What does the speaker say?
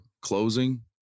closing